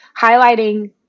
highlighting